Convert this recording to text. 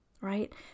right